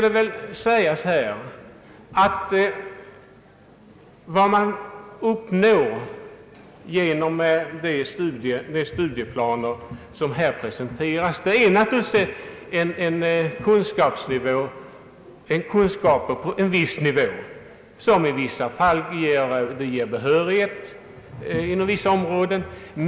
Det man uppnår genom de studieplaner som här presenteras är naturligtvis kunskaper på en viss nivå, som i olika fall ger behörighet inom särskilda områden.